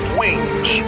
wings